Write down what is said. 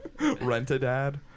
Rent-a-dad